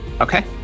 Okay